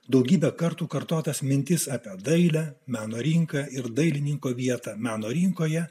daugybę kartų kartotas mintis apie dailę meno rinką ir dailininko vietą meno rinkoje